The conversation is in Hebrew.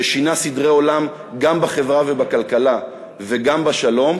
ששינה סדרי עולם גם בחברה ובכלכלה וגם בשלום,